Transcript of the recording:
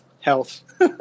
health